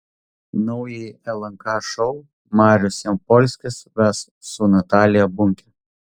naująjį lnk šou marius jampolskis ves su natalija bunke